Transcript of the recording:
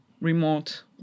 Remote